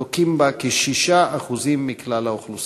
לוקים בה כ-6% מכלל האוכלוסייה.